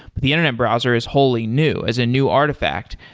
but the internet browser is wholly new, as a new artifact.